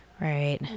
Right